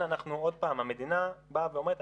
המדינה באה ואומרת,